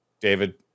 David